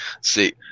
see